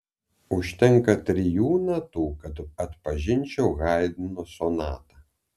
užtenka trijų natų kad atpažinčiau haidno sonatą